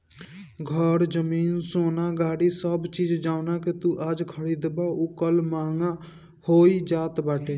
घर, जमीन, सोना, गाड़ी सब चीज जवना के तू आज खरीदबअ उ कल महंग होई जात बाटे